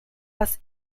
was